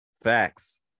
Facts